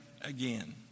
again